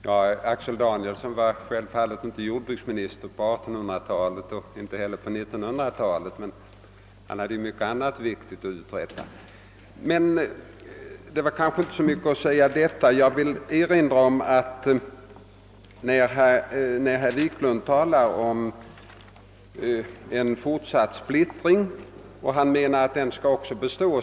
Herr talman! Axel Danielsson var självfallet inte jordbruksminister på 1800-talet och inte heller på 1900-talet, men han hade mycket annat viktigt att uträtta. Herr Wiklund i Stockholm menar att splittringen kommer att bestå.